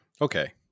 Okay